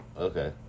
Okay